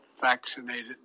vaccinated